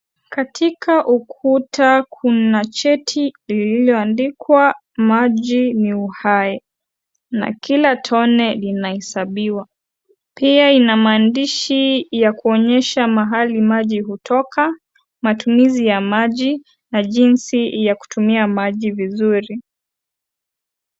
Katika ukuta, kuna cheti lililoandikwa,'maji ni uhai, na kila tone linahesabiwa".Pia ina mandishi ya kuonyesha mahali maji hutoka, matumizi ya maji, na jinsi ya kutumia maji vizuri.